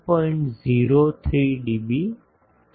03 DB થશે